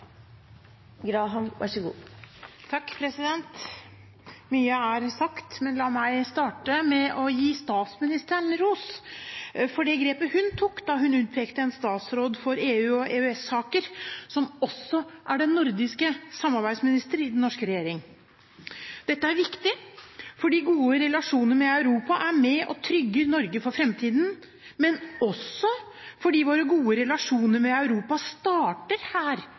sagt. Men la meg starte med å gi statsministeren ros for det grepet hun tok da hun utpekte en statsråd for EU- og EØS-saker, som også er den nordiske samarbeidsminister i den norske regjeringen. Dette er viktig, fordi gode relasjoner med Europa er med på å trygge Norge for framtiden, men også fordi våre gode relasjoner med Europa starter her